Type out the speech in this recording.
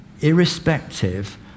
irrespective